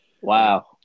Wow